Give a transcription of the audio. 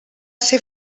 ser